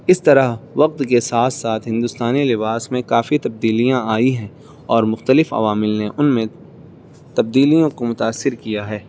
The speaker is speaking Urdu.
اس طرح وقت کے ساتھ ساتھ ہندوستانی لباس میں کافی تبدیلیاں آئیں ہیں اور مختلف عوامل نے ان میں تبدیلیوں کو متاثر کیا ہے